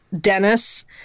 Dennis